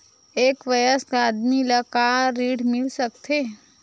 एक वयस्क आदमी ल का ऋण मिल सकथे?